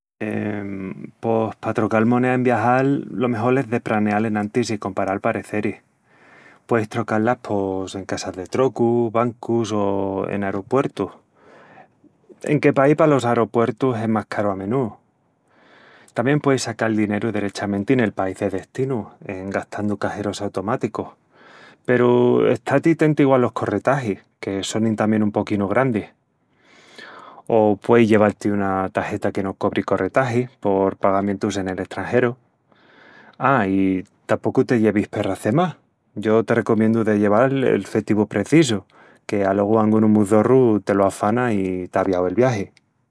Eee... pos pa trocal monea en viajal, lo mejol es de praneal enantis i comparal pareceris. Pueis trocá-las pos en casas de trocu, bancus o en aropuertus, enque paí palos aropuertus es más caru a menúu. Tamién pueis sacal dineru derechamenti nel país de destinu en gastandu caxerus automáticus, peru está-ti téntigu alos corretagis, que sonin tamién un poquinu grandis. O pueis lleval-ti una tageta que no cobri corretagis por pagamientus en el estrangeru. A, i tapocu te llevis perras de más, yo te recomiendu de lleval el fetivu precisu, que alogu angunu mu zorru te lo afana i t'aviau el viagi!!